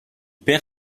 perd